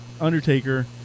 Undertaker